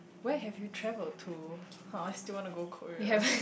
where have you travelled to ha I still want to go Korea